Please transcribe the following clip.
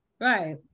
Right